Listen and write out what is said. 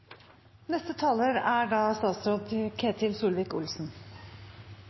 Neste talar er statsråd